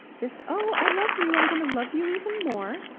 just, oh, i love you, i'm going to love you even more,